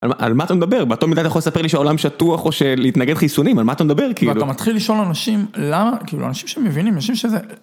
על מה אתה מדבר באותו מידה אתה יכול לספר לי שהעולם שטוח או להתנגד חיסונים על מה אתה מדבר כאילו אתה מתחיל לשאול אנשים למה כאילו אנשים שמבינים אנשים שזה.